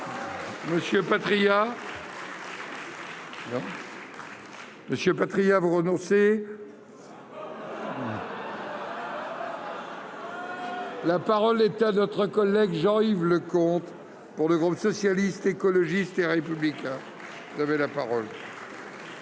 Monsieur Patriat vous renoncez. La parole est à notre collègue Jean-Yves Leconte pour le groupe socialiste, écologiste et républicain. Monsieur le